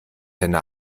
henne